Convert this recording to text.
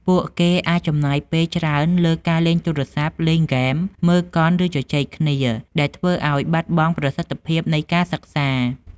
ពួកគេអាចចំណាយពេលច្រើនលើការលេងទូរស័ព្ទ លេងហ្គេម មើលកុន ឬជជែកគ្នា ដែលធ្វើឲ្យបាត់បង់ប្រសិទ្ធភាពនៃការសិក្សា។